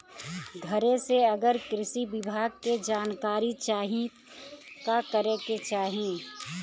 घरे से अगर कृषि विभाग के जानकारी चाहीत का करे के चाही?